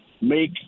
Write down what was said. make